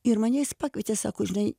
ir mane jis pakvietė sako žinai